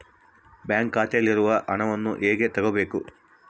Bank ಖಾತೆಯಲ್ಲಿರುವ ಹಣವನ್ನು ಹೇಗೆ ತಗೋಬೇಕು?